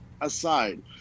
aside